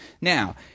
Now